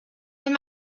and